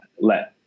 Let